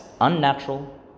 unnatural